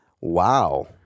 Wow